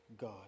God